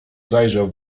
zajrzał